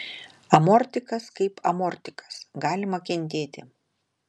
amortikas kaip amortikas galima kentėti